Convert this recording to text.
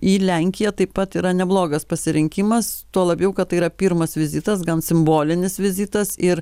į lenkiją taip pat yra neblogas pasirinkimas tuo labiau kad tai yra pirmas vizitas gan simbolinis vizitas ir